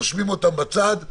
נרשום אותן בצד,